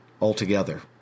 altogether